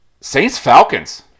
Saints-Falcons